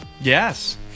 Yes